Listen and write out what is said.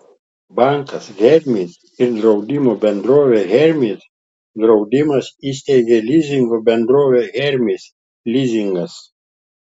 bankas hermis ir draudimo bendrovė hermis draudimas įsteigė lizingo bendrovę hermis lizingas